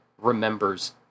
remembers